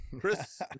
Chris